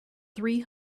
three